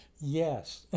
Yes